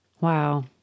Wow